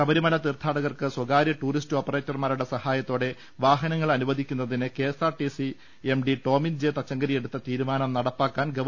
ശബരിമല തീർത്ഥാടകർക്ക് സ്വകാര്യ ടൂറിസ്റ്റ് ഓപ്പറേറ്റർമാരുടെ സഹായത്തോടെ വാഹനങ്ങൾ അനുവദിക്കുന്നതിന് K S R T C M D Tomin J തച്ചങ്കരിയെടുത്ത തീരുമാനം നടപ്പാക്കാൻ ഗവ